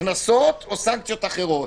קנסות או סנקציות אחרות,